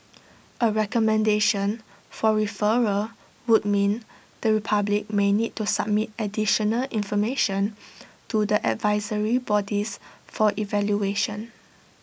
A recommendation for referral would mean the republic may need to submit additional information to the advisory bodies for evaluation